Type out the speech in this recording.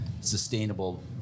sustainable